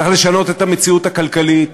צריך לשנות את המציאות הכלכלית,